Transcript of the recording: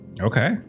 okay